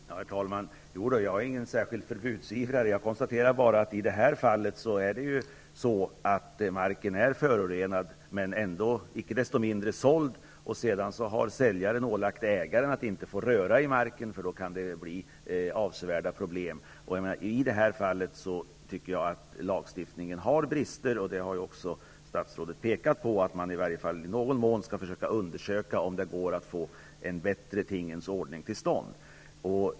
Herr talman! Jag är ingen särskild förbudsivrare. Jag konstaterar att marken i det här fallet är förorenad, men icke desto mindre såld. Sedan har säljaren ålagt ägaren att inte röra i marken, eftersom det då kan bli avsevärda problem. I det fallet tycker jag att lagstiftningen visar brister. Statsrådet har också pekat på att man i varje fall i någon mån skall undersöka om det går att få en bättre tingens ordning till stånd.